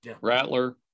Rattler